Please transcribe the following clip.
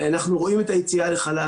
אנחנו רואים את היציאה לחל"ת.